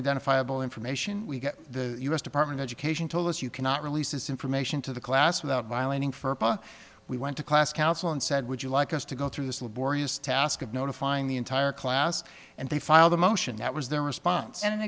identifiable information we get the u s department of education told us you cannot release this information to the class without violating for pa we went to class counsel and said would you like us to go through this laborious task of notifying the entire class and they filed a motion that was their response and an